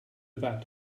vat